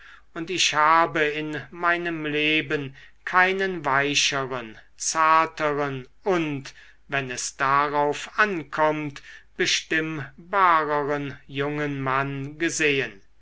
und ich habe in meinem leben keinen weicheren zarteren und wenn es darauf ankommt bestimmbareren jungen mann gesehen